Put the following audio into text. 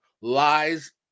lies